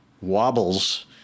wobbles